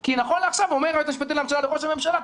כי נכון לעכשיו אומר היועץ המשפטי לממשלה לראש הממשלה: